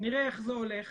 נראה איך זה הולך,